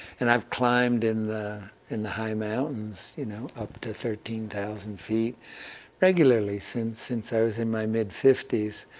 and i've climbed in the in the high mountains you know up to thirteen thousand feet regularly since since i was in my mid fifties.